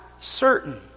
certain